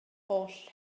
holl